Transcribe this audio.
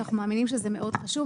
כי אנחנו מאמינים שזה מאוד חשוב.